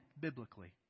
biblically